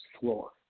floor